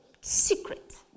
secret